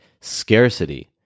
scarcity